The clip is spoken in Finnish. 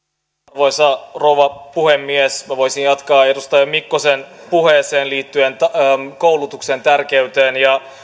arvoisa rouva puhemies voisin jatkaa edustaja mikkosen puheesta liittyen koulutuksen tärkeyteen